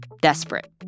desperate